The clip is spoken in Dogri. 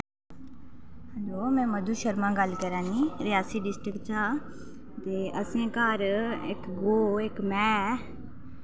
हैल्लो मैं मधु शर्मा गल्ल करा नि रियासी डिस्ट्रिक चा ते असें घर इक इक गौ इक मैंह्